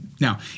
Now